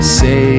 say